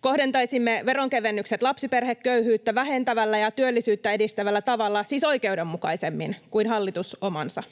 Kohdentaisimme veronkevennykset lapsiperheköyhyyttä vähentävällä ja työllisyyttä edistävällä tavalla, siis oikeudenmukaisemmin kuin hallitus omansa.